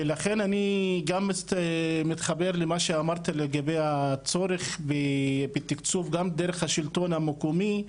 ולכן אני גם מתחבר למה שאמרת לגבי הצורך בתקצוב גם דרך השלטון המקומי,